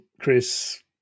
Chris